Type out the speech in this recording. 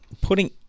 putting